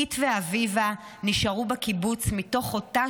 קית' ואביבה נשארו בקיבוץ מתוך אותה